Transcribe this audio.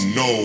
no